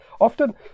often